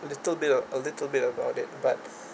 little bit uh a little bit about it but